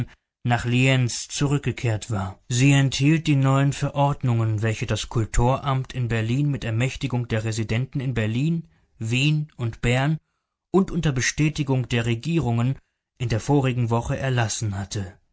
nach lienz zurückgekehrt war sie enthielt die neuen verordnungen welche das kultoramt in berlin mit ermächtigung der residenten in berlin wien und bern und unter bestätigung der regierungen in der vorigen woche erlassen hatte